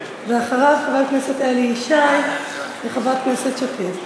ואחריו, חבר הכנסת אלי ישי וחברת הכנסת שקד.